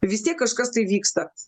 vis tiek kažkas tai vyksta